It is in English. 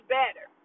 better